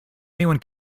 anyone